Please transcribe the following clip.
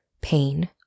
pain